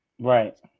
right